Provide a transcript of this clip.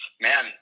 Man